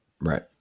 Right